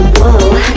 whoa